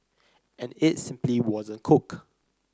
and it simply wasn't cook